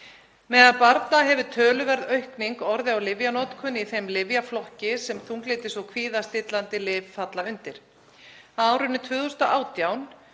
Meðal barna hefur töluverð aukning orðið á lyfjanotkun í þeim lyfjaflokki sem þunglyndis- og kvíðastillandi lyf falla undir. Á árinu 2018